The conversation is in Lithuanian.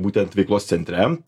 būtent veiklos centre